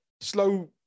slow